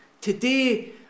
Today